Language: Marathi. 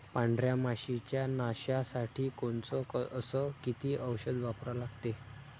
पांढऱ्या माशी च्या नाशा साठी कोनचं अस किती औषध वापरा लागते?